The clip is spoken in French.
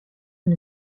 une